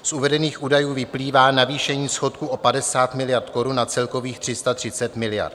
Z uvedených údajů vyplývá navýšení schodku o 50 miliard korun na celkových 330 miliard.